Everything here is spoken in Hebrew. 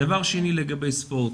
דבר שני לגבי ספורט.